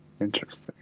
Interesting